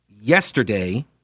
yesterday